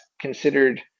considered